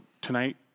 tonight